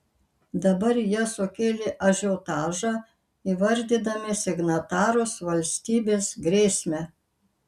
dabar jie sukėlė ažiotažą įvardydami signatarus valstybės grėsme